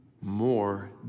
more